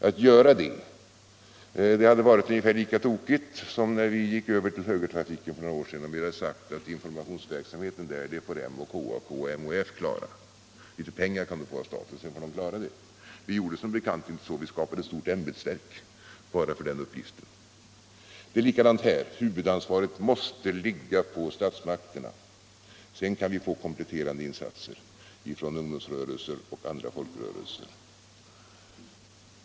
Att göra det skulle vara ungefär lika tokigt som om vi, när vi gick över till högertrafiken för några år sedan, hade lämnat litet pengar åt KAK och MHF och sagt att de organisationerna skall få klara den uppgiften. Vi gjorde som bekant inte så utan skapade ett stort ämbetsverk enbart för den uppgiften. Det är likadant här. Huvudansvaret måste ligga på statsmakterna. Sedan kan vi få kompletterande insatser från ungdomsrörelser och andra folkrörelser.